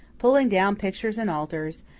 pulling down pictures and altars,